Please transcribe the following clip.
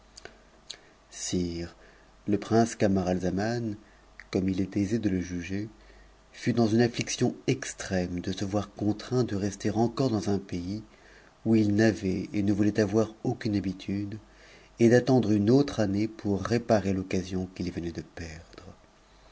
le prince camaralzaman comme it est aise de le juger fui dans une amiclion extrême de se voir contraint de rester encore dans un pays où il n'avait et ne voulait avoir aucune habitude et d'attendre une autre année pour réparer l'occasion qu'il venait de perdre